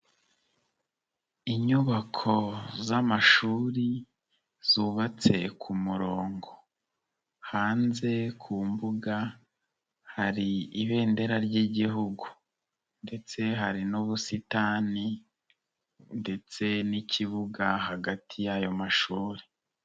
Inyubako z'amashuri zubatse ku murongo. Hanze ku mbuga hari ibendera ry Igihugu ndetse hari n'ubusitani ndetse n'ikibuga hagati y'ayo mashuri.